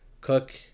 cook